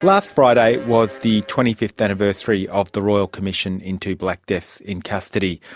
last friday was the twenty fifth anniversary of the royal commission into black deaths in custody.